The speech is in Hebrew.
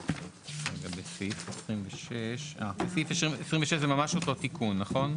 סעיף 26 זה ממש אותו תיקון, נכון?